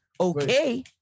Okay